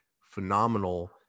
phenomenal